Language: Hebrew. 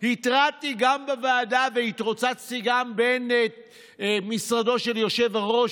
התרעתי גם בוועדה והתרוצצתי גם בין משרדו של היושב-ראש